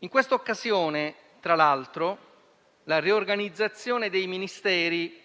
In quest'occasione, tra l'altro, la riorganizzazione dei Ministeri